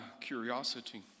curiosity